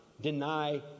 deny